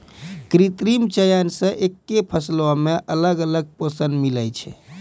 कृत्रिम चयन से एक्के फसलो मे अलग अलग पोषण मिलै छै